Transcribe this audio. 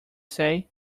say